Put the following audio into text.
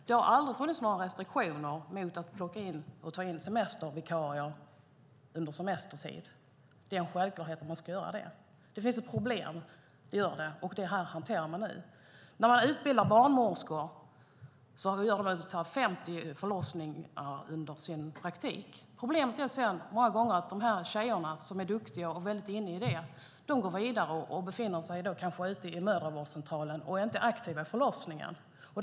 Det har aldrig funnits några restriktioner mot att ta in semestervikarier i semestertid. Det är en självklarhet att man ska göra det. Det finns ett problem, och det hanterar man nu. När man utbildar barnmorskor deltar de i 50 förlossningar under sin praktik. Problemet är att många gånger går de här tjejerna, som är duktiga, vidare och jobbar nu på mödravårdscentralerna och är inte aktiva i förlossningsvården.